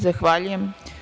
Zahvaljujem.